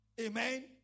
Amen